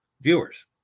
viewers